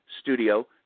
Studio